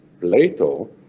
Plato